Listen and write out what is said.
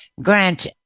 Grant